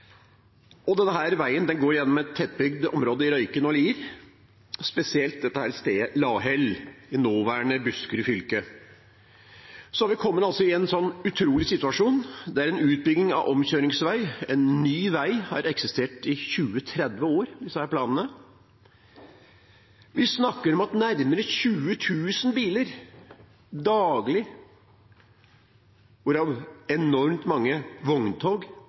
selvfølgelig rv. 23. Den skal etter hvert omdøpes til E134 – det blir altså en europavei vi snakker om. Denne veien går gjennom et tettbygd område i Røyken og Lier, spesielt gjennom stedet Lahell, i nåværende Buskerud fylke. Vi har kommet i en utrolig situasjon: Det gjelder utbygging av en omkjøringsvei, en ny vei – planene har eksistert i 20–30 år. Vi snakker om at nærmere 20 000 biler, hvorav enormt mange vogntog,